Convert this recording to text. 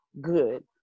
good